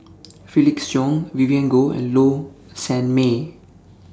Felix Cheong Vivien Goh and Low Sanmay